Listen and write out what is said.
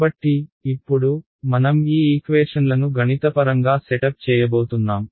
కాబట్టి ఇప్పుడు మనం ఈ ఈక్వేషన్లను గణితపరంగా సెటప్ చేయబోతున్నాం